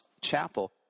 Chapel